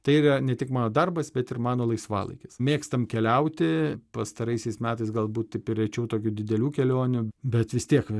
tai yra ne tik mano darbas bet ir mano laisvalaikis mėgstam keliauti pastaraisiais metais galbūt taip rėčiau tokių didelių kelionių bet vis tiek